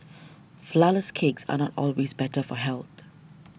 Flourless Cakes are not always better for health